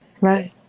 Right